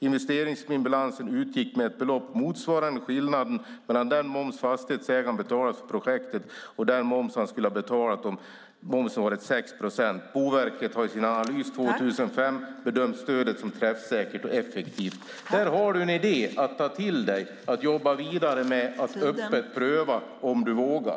Investeringsstimulansen utgick med ett belopp motsvarande skillnaden mellan den moms som fastighetsägaren betalade för projektet och den moms som han skulle ha betalat om momsen hade varit 6 procent. Boverket har i sin analys 2005 bedömt stödet som träffsäkert och effektivt. Där har du en idé att ta till dig, att jobba vidare med och öppet pröva, om du vågar.